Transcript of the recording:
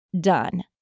done